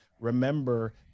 remember